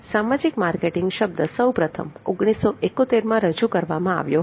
સામાજિક માર્કેટિંગ શબ્દ સૌપ્રથમ 1971માં રજૂ કરવામાં આવ્યો હતો